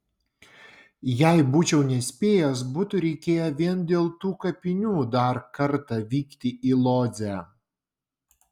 jei būčiau nespėjęs būtų reikėję vien dėl tų kapinių dar kartą vykti į lodzę